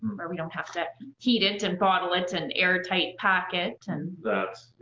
where we don't have to heat it and bottle it and air tight pack it and. that's, yeah.